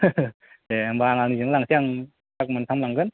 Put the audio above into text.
दे होनबा आं आंनिजोंनो लांनोसै आं ट्राक मोनथाम लांगोन